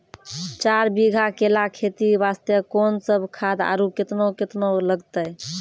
चार बीघा केला खेती वास्ते कोंन सब खाद आरु केतना केतना लगतै?